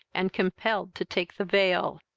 and compelled to take the veil.